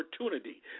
opportunity